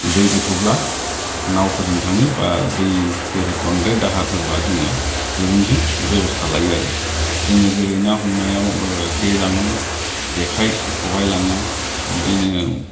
दै गोथौब्ला नावफोरजों थाङोबा दैफोर बांद्राय दाहार फोरबा जोङो दुरुंजों बेबस्था लायो आरो जेरै ना हमनायाव जे लाङो जेखाय खबाय लाङो बिदिनो